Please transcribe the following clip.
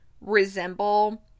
resemble